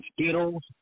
Skittles